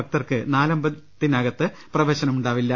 ഭക്തർക്ക് നാലമ്പലത്തിനകത്ത് പ്രവേശനം ഉണ്ടാവില്ല